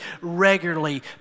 regularly